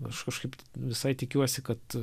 aš kažkaip visai tikiuosi kad